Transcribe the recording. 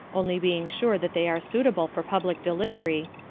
only being sure that they are suitable for public delivery,